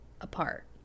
apart